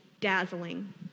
Dazzling